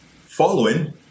following